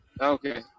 Okay